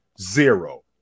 zero